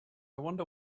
wonder